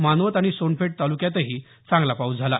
मानवत आणि सोनपेठ तालुक्यांतही चांगला पाऊस झाला